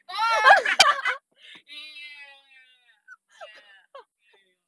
ya ya ya ya ya ya ya ya ya ya ya ya